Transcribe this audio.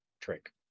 trick